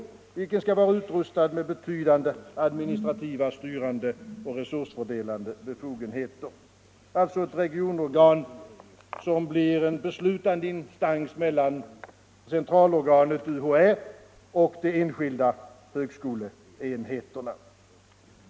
Styrelsen skulle vara utrustad med betydande administrativa, styrande och resursfördelande befogenheter, alltså ett regionorgan som blir en beslutande instans mellan centralorganet UHÄ och de enskilda högskoleenheterna.